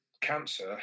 cancer